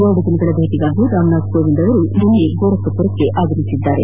ಎರಡು ದಿನಗಳ ಭೇಟಿಗಾಗಿ ರಾಮನಾಥ್ ಕೋವಿಂದ್ ನಿನ್ನೆ ಗೋರಖ್ಪುರ ತಲುಪಿದ್ದಾರೆ